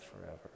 forever